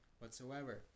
whatsoever